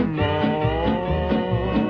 more